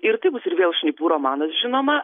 ir tai bus ir vėl šnipų romanas žinoma